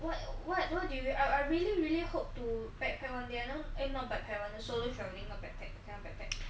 what what do you do I I really really hope to backpack one day eh not backpack one day solo travelling not backpack